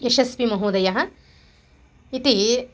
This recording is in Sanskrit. यशस्वीमहोदयः इति